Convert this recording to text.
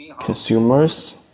consumers